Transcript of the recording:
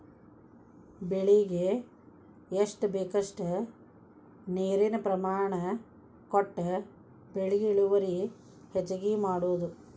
ಬೆಳಿಗೆ ಎಷ್ಟ ಬೇಕಷ್ಟ ನೇರಿನ ಪ್ರಮಾಣ ಕೊಟ್ಟ ಬೆಳಿ ಇಳುವರಿ ಹೆಚ್ಚಗಿ ಮಾಡುದು